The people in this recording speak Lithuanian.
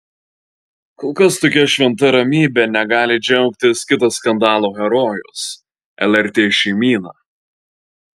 kol kas tokia šventa ramybe negali džiaugtis kitas skandalo herojus lrt šeimyna